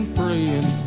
praying